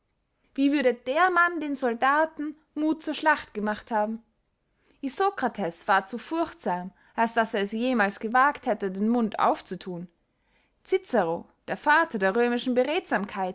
wie würde der mann den soldaten muth zur schlacht gemacht haben isokrates war zu furchtsam als daß er es jemals gewagt hätte den mund aufzuthun cicero der vater der römischen